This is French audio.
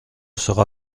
sera